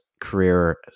career